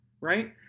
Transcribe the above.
right